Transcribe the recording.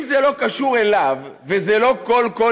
אם זה לא קשור אליו וזה לא "הקֹל קול